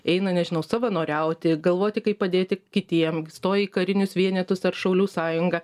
eina nežinau savanoriauti galvoti kaip padėti kitiem stoja į karinius vienetus ar šaulių sąjungą